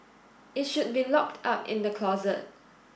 it should be locked up in the closet